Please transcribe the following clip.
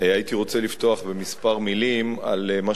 הייתי רוצה לפתוח בכמה מלים על מה